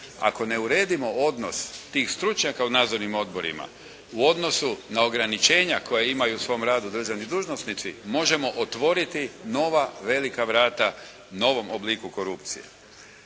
Ako ne uredimo odnos tih stručnjaka u nadzornim odborima u odnosu na ograničenja koja imaju u svom radu državni dužnosnici, možemo otvoriti nova velika vrata novom obliku korupcije.